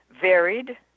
varied